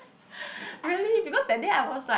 really because that day I was like